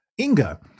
Inga